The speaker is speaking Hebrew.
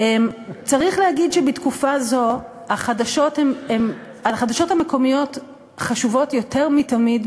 צריך להגיד שבתקופה זו החדשות המקומיות חשובות יותר מתמיד,